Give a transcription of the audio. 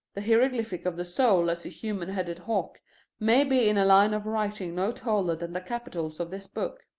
the hieroglyphic of the soul as a human-headed hawk may be in a line of writing no taller than the capitals of this book.